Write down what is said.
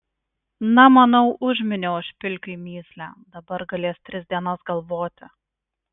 na manau užminiau aš pilkiui mįslę dabar galės tris dienas galvoti